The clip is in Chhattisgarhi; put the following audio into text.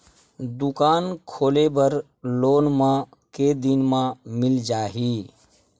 दुकान खोले बर लोन मा के दिन मा मिल जाही?